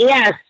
Yes